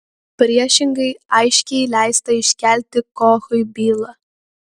priešingai aiškiai leista iškelti kochui bylą